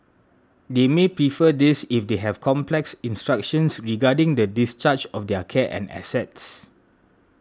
they may prefer this if they have complex instructions regarding the discharge of their care and assets